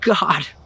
God